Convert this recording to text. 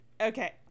okay